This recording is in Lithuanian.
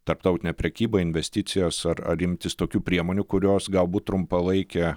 tarptautinę prekybą investicijas ar ar imtis tokių priemonių kurios galbūt trumpalaike